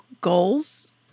goals